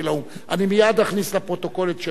אני מייד אכניס לפרוטוקול את שם הוועדה.